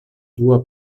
dua